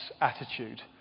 attitude